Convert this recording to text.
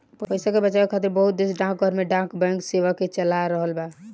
पइसा के बचावे खातिर बहुत देश डाकघर में डाक बैंक सेवा के चला रहल बा